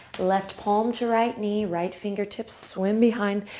left palm to right knee. right fingertips swim behind.